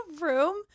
room